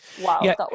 Wow